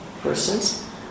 persons